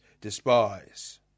despise